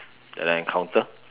that I encounter